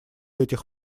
этих